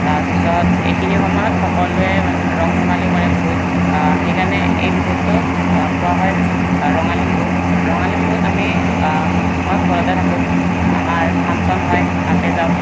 তাৰপিছত এইখিনি সময়ত সকলোৱে ৰং ধেমালি কৰে বহুত সেইকাৰণে এই বিহুটোক কোৱা হয় ৰ ৰঙালী বিহু ৰঙালী বিহুত আমি মই ঘৰতে থাকোঁ আমাৰ ফাংচন হয় তাতে যাওঁ